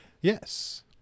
Yes